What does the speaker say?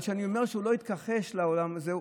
אבל כשאני אומר שהוא לא התכחש לעולם הזה,